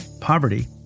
poverty